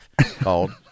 called